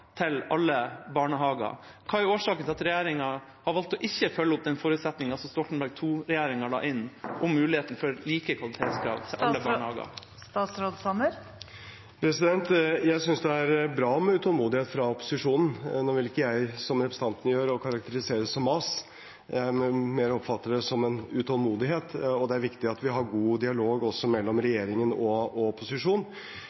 til alle barnehager. Hva er årsaken til at regjeringa har valgt å ikke følge opp forutsetningen som Stoltenberg II-regjeringa la inn om muligheten for like kvalitetskrav til alle barnehager? Jeg synes det er bra med utålmodighet fra opposisjonens side. Nå vil ikke jeg gjøre som representanten og karakterisere det som mas. Jeg oppfatter det mer som en utålmodighet. Det er viktig at vi har en god dialog mellom